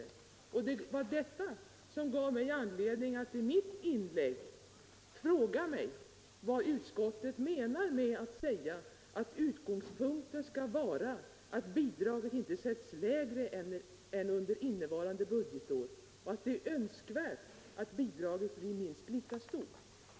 Det var sannolikheten av att så blir fallet som gav mig anledning att i mitt inlägg fråga vad utskottsmajoriteten menar med att utgångspunkten skall vara att bidraget inte sätts lägre än under innevarande budgetår och att det är önskvärt att bidraget blir minst lika högt.